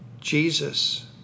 Jesus